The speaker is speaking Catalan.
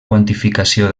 quantificació